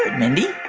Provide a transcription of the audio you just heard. and mindy